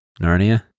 Narnia